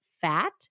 fat